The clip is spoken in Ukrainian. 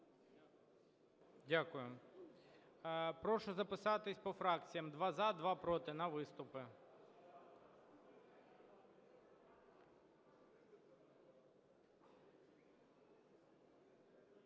Дякую. Прошу записатися по фракціях: два – за, два – проти, на виступи.